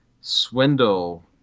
swindle